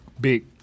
big